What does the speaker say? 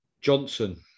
Johnson